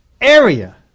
area